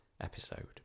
episode